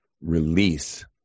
release